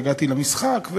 והגעתי למשחק,